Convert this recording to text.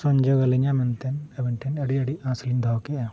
ᱥᱩᱢᱡᱷᱟᱹᱣ ᱟᱹᱞᱤᱧᱟ ᱢᱮᱱᱛᱮ ᱟᱹᱵᱤᱱ ᱴᱷᱮᱱ ᱟᱹᱰᱤ ᱟᱹᱰᱤ ᱟᱸᱥᱞᱤᱧ ᱫᱚᱦᱚ ᱠᱮᱫᱟ